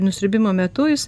nusiurbimo metu jis